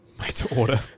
Made-to-order